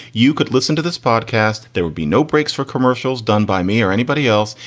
you could listen to this podcast. there would be no breaks for commercials done by me or anybody else.